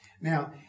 Now